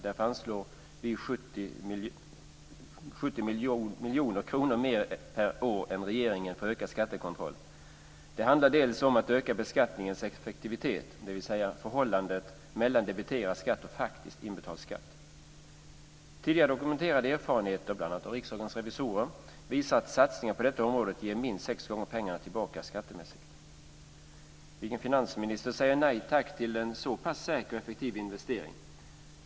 Därför vill vi anslå 70 miljoner kronor mer per år än regeringen för ökad skattekontroll. Det handlar delvis om att öka beskattningens effektivitet, dvs. förhållandet mellan debiterad skatt och faktiskt inbetald skatt. Tidigare dokumenterade erfarenheter, bl.a. från Riksdagens revisorer, visar att satsningar på detta område ger minst sex gånger pengarna tillbaka skattemässigt. Vilken finansminister säger nej tack till en så pass säker och effektiv investering?